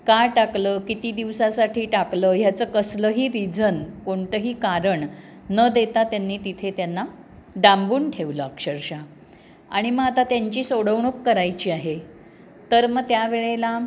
का टाकलं किती दिवसासाठी टाकलं ह्याचं कसलंही रिझन कोणतंही कारण न देता त्यांनी तिथे त्यांना डांबून ठेवलं अक्षरशः आणि मग आता त्यांची सोडवणूक करायची आहे तर मग त्या वेळेला